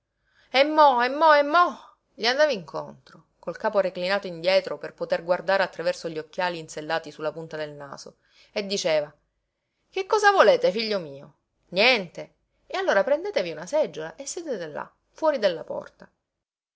e mo e mo gli andava incontro col capo reclinato indietro per poter guardare attraverso gli occhiali insellati su la punta del naso e diceva che cosa volete figlio mio niente e allora prendetevi una seggiola e sedete là fuori della porta